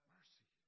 Mercy